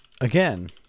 again